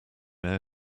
heir